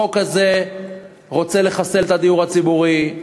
החוק הזה רוצה לחסל את הדיור הציבורי,